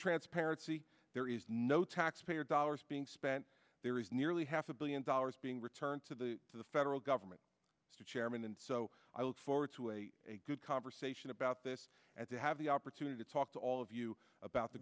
transparency there is no taxpayer dollars being spent there is nearly half a billion dollars being returned to the to the federal government chairman and so i look forward to a good conversation about this as you have the opportunity to talk to all of you about the